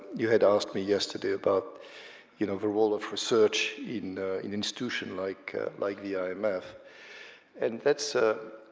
you had asked me yesterday about you know the role of research in an institution like like the i mean imf, and that's a